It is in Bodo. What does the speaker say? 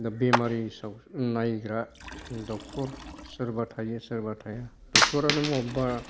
दा बेमारि नायग्रा डक्ट'र सोरबा थायो सोरबा थाया डक्ट'रानो बबेबा